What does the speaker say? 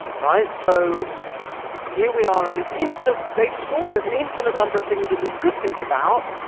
right? so here we are in this infinite data source. there's an infinite number of things that we could think about,